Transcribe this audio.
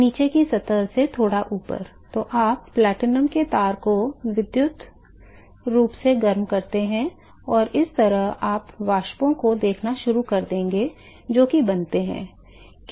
नीचे की सतह से थोड़ा ऊपर तो आप प्लेटिनम के तार को विद्युत रूप से गर्म करते हैं और इस तरह आप वाष्पों को देखना शुरू कर देंगे जो कि बनते हैं